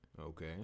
Okay